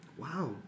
Wow